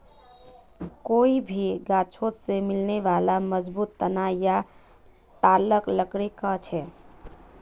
कोई भी गाछोत से मिलने बाला मजबूत तना या ठालक लकड़ी कहछेक